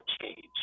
change